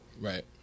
Right